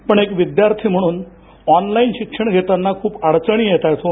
पण एक विद्यार्थी म्हणून ऑनलाईन शिक्षण घेताना खूप अडचणी येत आहेत हो